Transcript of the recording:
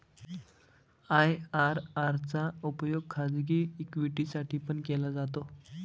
IRR चा उपयोग खाजगी इक्विटी साठी पण केला जातो